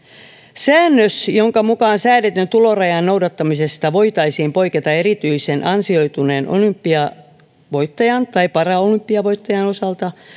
säännös jonka mukaan säädetyn tulorajan noudattamisesta voitaisiin poiketa erityisen ansioituneen olympiavoittajan tai paralympiavoittajan osalta